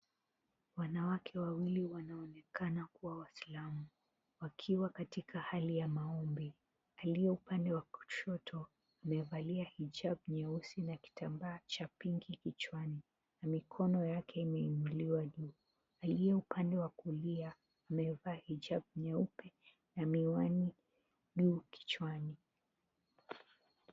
Wanawake wawili wanaonekana kuwa waisilamu wakiwa katika hali ya maombi. Aliye upande wa kushoto amevalia hijabu nyeusi na kitambaa cha pinki kichwani na mikono yake imeinuliwa juu. Aliye upande wa kulia amevaa hijabu nyeupe na miwani juu kichwani.